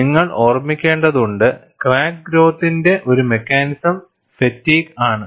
നിങ്ങൾ ഓർമ്മിക്കേണ്ടതുണ്ട് ക്രാക്ക് ഗ്രോത്തിന്റെ ഒരു മെക്കാനിസം ഫാറ്റീഗ് ആണ്